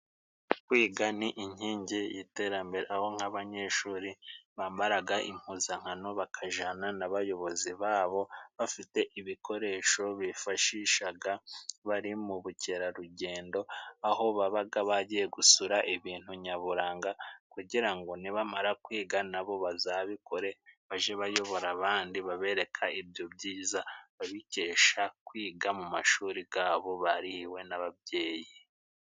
Kwiga ni inkingi y'iterambere. Aho nk'abanyeshuri bambaraga impuzankano bakajana n'abayobozi babo, bafite ibikoresho bifashishaga bari mu bukerarugendo, aho babaga bagiye gusura ibintu nyaburanga kugira ngo nibamara kwiga, nabo bazabikore bajye bayobora abandi babereka ibyo byiza, babikesha kwiga mu mashuri gabo barihiwe n'ababyeyi.